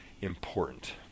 important